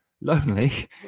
lonely